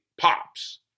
pops